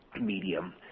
medium